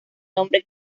nombre